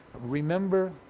Remember